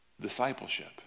Discipleship